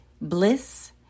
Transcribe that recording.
bliss